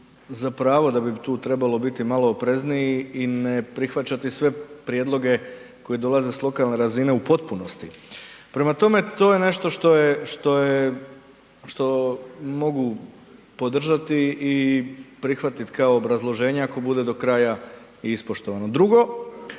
za pravo da bi tu trebalo biti malo oprezniji i ne prihvaćati sve prijedloge koji dolaze s lokalne razine u potpunosti. Prema tome, to je nešto što mogu podržati i prihvatiti kao obrazloženje ako bude do kraja i ispoštovano. Drugo,